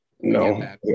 no